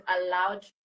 allowed